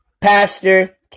pastor